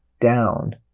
down